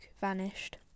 vanished